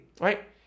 right